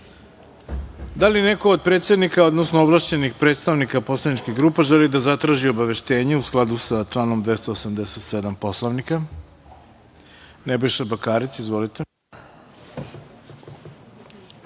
li neko od predsednika, odnosno ovlašćenih predstavnika poslaničkih grupa želi da zatraži obaveštenje, u skladu sa članom 287. Poslovnika? Nebojša Bakarec. Izvolite.